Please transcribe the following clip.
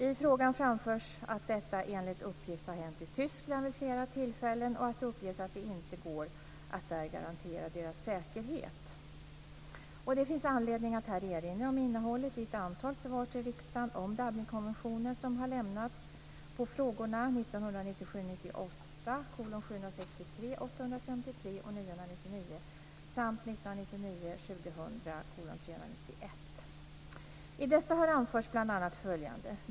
I frågan framförs att detta enligt uppgift har hänt i Tyskland vid flera tillfällen och att det uppges att det inte går att där garantera deras säkerhet. Det finns anledning att här erinra om innehållet i ett antal svar till riksdagen om Dublinkonventionen som har lämnats på frågorna 1997/98:763, 853 och följande.